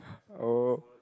oh